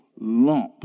lump